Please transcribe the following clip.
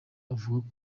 avuga